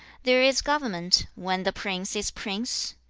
there is government, when the prince is prince,